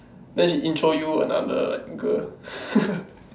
then she intro you another girl